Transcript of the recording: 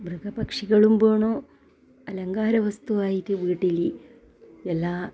മൃഗപക്ഷികളും വേണം അലങ്കാര വസ്തുവായിട്ട് വീട്ടിൽ എല്ലാ